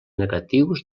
negatius